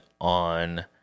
on